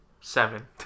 seven